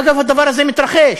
אגב, הדבר הזה מתרחש.